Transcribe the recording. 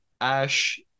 Ash